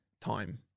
time